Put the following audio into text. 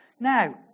Now